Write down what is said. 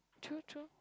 true true